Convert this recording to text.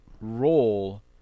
role